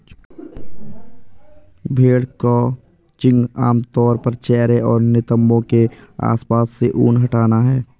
भेड़ क्रचिंग आम तौर पर चेहरे और नितंबों के आसपास से ऊन हटाना है